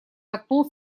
воткнул